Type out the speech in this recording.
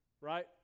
right